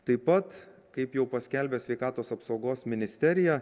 taip pat kaip jau paskelbė sveikatos apsaugos ministerija